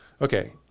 Okay